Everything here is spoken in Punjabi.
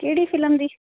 ਕਿਹੜੀ ਫਿਲਮ ਦੀ